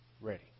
ready